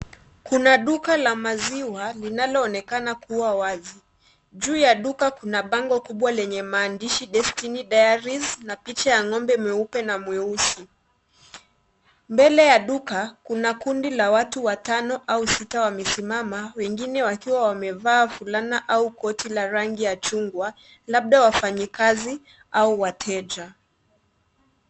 Kuna duka la maziwa linaloonekana kuwa wazi. Juu ya duka kuna bango kubwa lenye maandishi destiny diaries na picha ya ng'ombe meupe na mweusi. Mbele ya duka kuna kundi la watu watano au sita wamesimama wengine wakiwa wamevaa fulana au koti la rangi ya chungwa labda wafanyikazi au wateja.